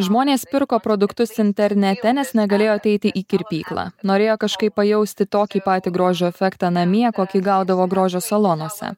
žmonės pirko produktus internete nes negalėjo ateiti į kirpyklą norėjo kažkaip pajausti tokį patį grožio efektą namie kokį gaudavo grožio salonuose